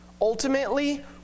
ultimately